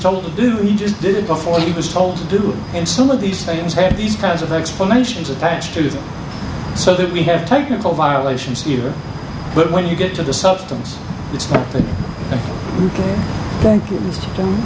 told to do he just did before he was told to do and some of these things have these kinds of explanations attached to them so that we have technical violations either but when you get to the substance it's